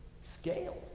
scale